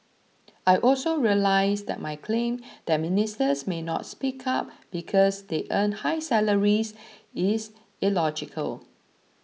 I also realise that my claim that ministers may not speak up because they earn high salaries is illogical